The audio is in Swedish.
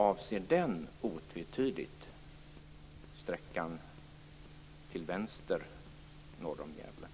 Avser den otvetydigt sträckan till vänster, norr om Gävle?